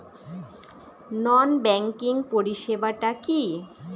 নন banking পরিষেবা টা কি?